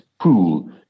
pool